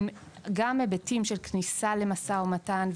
גם בהיבטים של כניסה למשא ומתן,